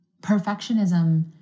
Perfectionism